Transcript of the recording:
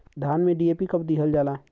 धान में डी.ए.पी कब दिहल जाला?